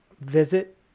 visit